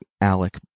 Alec